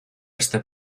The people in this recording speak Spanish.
este